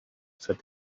said